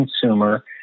consumer